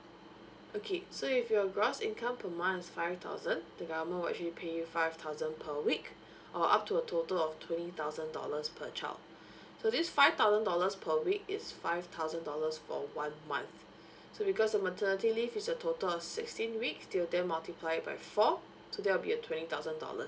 okay so if your gross income per month is five thousand the government will actually pay you five thousand per week or up to a total of twenty thousand dollars per child so this five thousand dollars per week is five thousand dollars for one month so because of maternity leave is a total of sixteen weeks they will then multiply it by four so there'll be a twenty thousand dollars